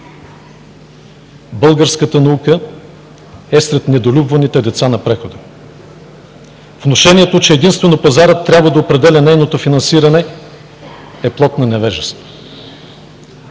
Българската наука е сред недолюбваните деца на прехода. Внушението, че единствено пазарът трябва да определя нейното финансиране е плод на невежество.